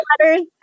letters